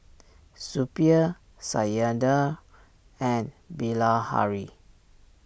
Suppiah Satyendra and Bilahari